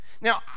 Now